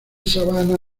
sabana